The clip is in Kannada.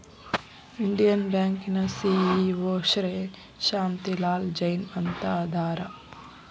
ಇಂಡಿಯನ್ ಬ್ಯಾಂಕಿನ ಸಿ.ಇ.ಒ ಶ್ರೇ ಶಾಂತಿ ಲಾಲ್ ಜೈನ್ ಅಂತ ಅದಾರ